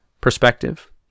perspective